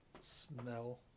smell